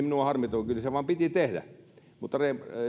minua harmittanut mutta kyllä se vain piti tehdä mutta